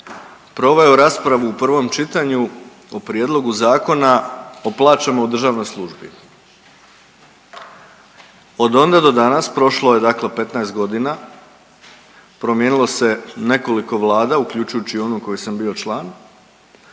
proveo raspravu u prvom čitanju o Prijedlogu zakona o plaćama u državnoj službi. Od onda do danas prošlo je 15 godina, promijenilo se nekoliko vlada uključujući onu u kojoj sam bio član,